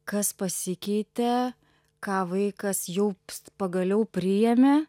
kas pasikeitė ką vaikas jau pagaliau priėmė